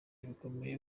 bikomeye